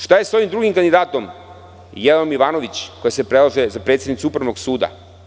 Šta je sa ovim drugim kandidatom Jelenom Ivanović, koja se predlaže za predsednicu Upravnog suda?